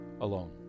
alone